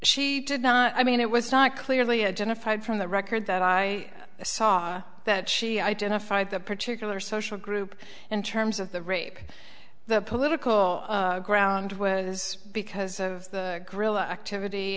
she did not i mean it was not clearly identified from the record that i saw that she identified that particular social group in terms of the rape the political ground was because of the grill activity